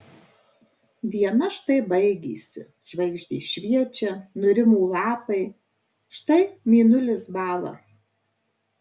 diena štai baigėsi žvaigždės šviečia nurimo lapai štai mėnulis bąla